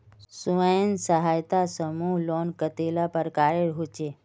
स्वयं सहायता समूह लोन कतेला प्रकारेर होचे?